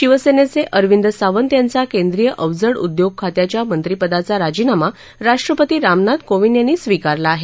शिवसेनेचे अरविंद सावंत यांचा केंद्रीय अवजड उद्योग खात्याच्या मंत्रिपदाचा राजीनामा राष्ट्रपती रामनाथ कोविंद यांनी स्वीकारला आहे